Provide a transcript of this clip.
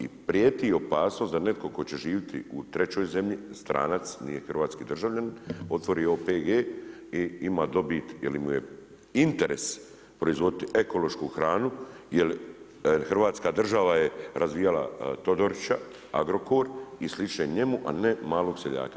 I prijeti opasnost da netko tko će živjeti u trećoj zemlji, stranac, nije hrvatski državljanin otvori OPG i ima dobit jel mu je interes proizvoditi ekološku hranu jel Hrvatska država je razvijala Todorića, Agrokor i slične njemu, a ne malog seljaka.